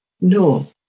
No